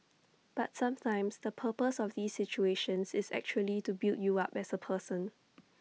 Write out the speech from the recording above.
but sometimes the purpose of these situations is actually to build you up as A person